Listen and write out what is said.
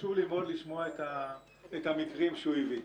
חשוב לי מאוד לשמוע את המקרים שהוא הביא.